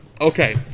Okay